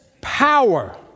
power